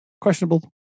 Questionable